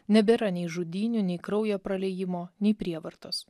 nebėra nei žudynių nei kraujo praliejimo nei prievartos